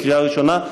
בקריאה ראשונה,